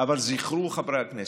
אבל זכרו, חברי הכנסת,